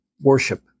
worship